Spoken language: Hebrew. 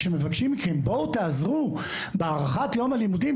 כשמבקשים מכם בואו תעזרו בהארכת יום הלימודים.